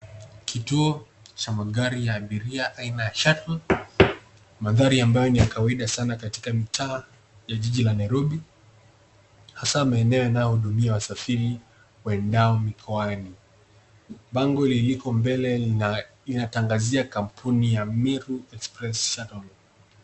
Kituo cha magari ya abiria aina ya Shuttle. Magari ambayo ni ya kawaida sana katika mitaa, ya jiji la Nairobi. Hasaa maeneo yanayohudumia wasafiri waendao mikoani. Bango liliko mbele inatangazia kampuni ya Meru Express Shuttle.